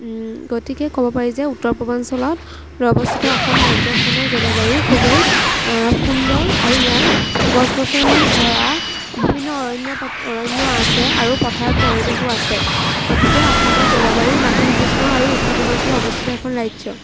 গতিকে ক'ব পাৰি যে উত্তৰ পূৰ্বাঞ্চলত অৱস্থিত অসম ৰাজ্যখনৰ জলবায়ু খুবেই সুন্দৰ আৰু ইয়াৰ গছ গছনিৰে ভৰা বিভিন্ন অৰণ্য অৰণ্য আছে আৰু পথাৰ পৰিৱেশো আছে গতিকে অসমৰ জলবায়ু নাতিশীতোষ্ণ আৰু উত্তৰ পূৰ্বাঞ্চলত অৱস্থিত এখন ৰাজ্য